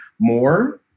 more